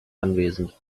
anwesend